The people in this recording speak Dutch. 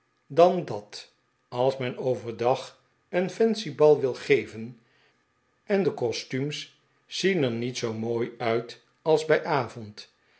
dan dat als men overdag een fancy bal wil geven en de costuums zien er niet zoo mooi uit als bij avond